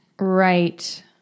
Right